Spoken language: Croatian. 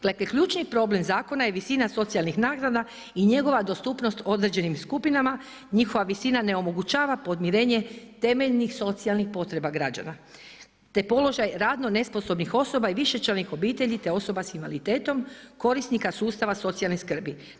Dakle, ključni problem zakona je visina socijalnih naknada i njegova dostupnost određenim skupinama, njihova visina ne omogućava podmirenje temeljnih socijalnih potreba građana te položaj radno nesposobnih osoba i višečlanih obitelji te osoba s invaliditetom korisnika sustava socijalne skrbi.